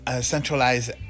centralized